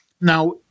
Now